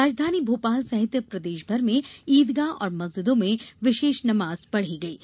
राजधानी भोपाल सहित प्रदेशभर में ईदगाह और मस्जिदों में विशेष नमाज पढ़ी गईं